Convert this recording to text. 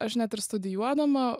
aš net ir studijuodama